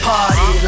Party